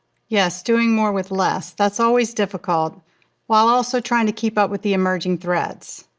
yes. doing more with less. that's always difficult while also trying to keep up with the emerging threats.